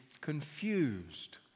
confused